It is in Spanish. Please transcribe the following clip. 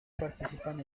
participan